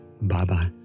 Bye-bye